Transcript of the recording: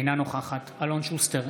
אינה נוכחת אלון שוסטר,